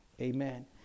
Amen